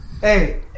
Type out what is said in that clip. Hey